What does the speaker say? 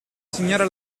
signora